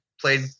played